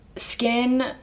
skin